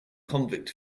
convict